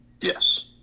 Yes